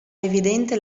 evidente